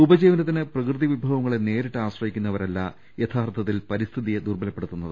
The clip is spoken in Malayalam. ഉപജീവനത്തിന് പ്രകൃതി വിഭവങ്ങളെ നേരിട്ട് ആശ്രയിക്കുന്നവ രല്ല യഥാർത്ഥത്തിൽ പരിസ്ഥിതിയെ ദുർബലപ്പെടുത്തുന്നത്